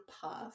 Puff